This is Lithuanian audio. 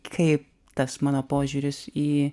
kaip tas mano požiūris į